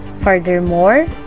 furthermore